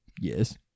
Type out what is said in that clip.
Yes